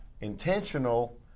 intentional